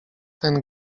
ten